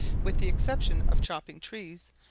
with the exception of chopping trees,